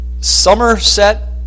Somerset